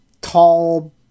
tall –